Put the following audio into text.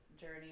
journey